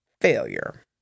failure